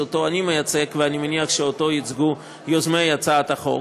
שאותו אני מייצג ואני מניח שאותו ייצגו יוזמי הצעת החוק,